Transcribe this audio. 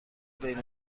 بین